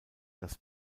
das